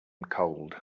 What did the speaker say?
cold